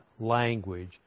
language